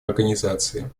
организации